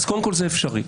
-- קודם כול זה אפשרי.